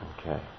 okay